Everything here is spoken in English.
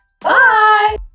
Bye